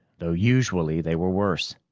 though usually they were worse.